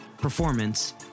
performance